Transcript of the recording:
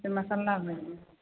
ई तऽ मसल्लामे भी